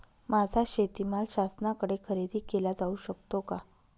माझा शेतीमाल शासनाकडे खरेदी केला जाऊ शकतो का?